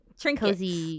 trinkets